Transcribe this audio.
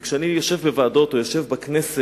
וכשאני יושב בוועדות או בכנסת,